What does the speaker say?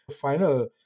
final